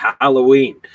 Halloween